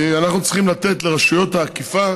אנחנו צריכים לתת לרשויות האכיפה